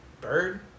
Bird